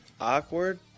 Awkward